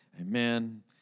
amen